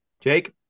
Jake